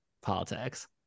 politics